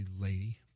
lady